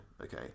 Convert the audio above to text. Okay